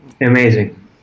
amazing